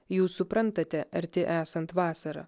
jūs suprantate arti esant vasarą